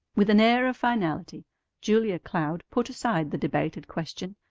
with an air of finality julia cloud put aside the debated question,